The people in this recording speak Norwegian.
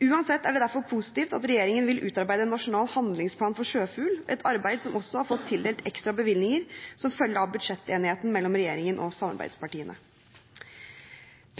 Uansett er det positivt at regjeringen vil utarbeide en nasjonal handlingsplan for sjøfugl, et arbeid som også har fått tildelt ekstra bevilgninger som følge av budsjettenigheten mellom regjeringen og samarbeidspartiene.